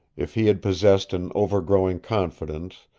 if he had possessed an over-growing confidence,